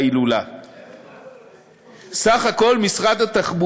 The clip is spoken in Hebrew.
בנושא מתקן